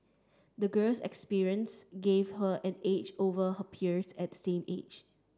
the girl's experience gave her an edge over her peers at the same age